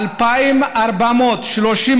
2,436